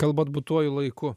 kalbat būtuoju laiku